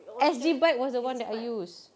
S_G bike was the one that I used